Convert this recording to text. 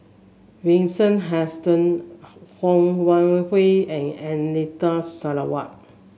Vincent Hoisington Ho Wan Hui and Anita Sarawak